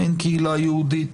אין קהילה יהודית